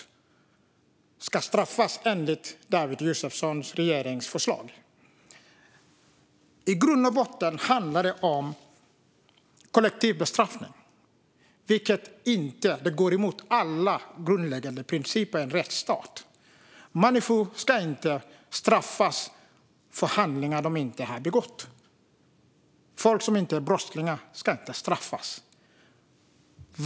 De ska straffas enligt det förslag som läggs fram av David Josefssons regering. I grund och botten handlar det om kollektiv bestraffning, vilket går emot alla grundläggande principer i en rättsstat. Människor ska inte straffas för handlingar de inte har begått. Folk som inte är brottslingar ska inte straffas.